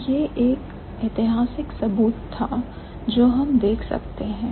तो यह एक हिस्टोरिकल एविडेंस था जो हम देख सकते हैं